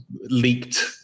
leaked